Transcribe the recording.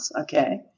Okay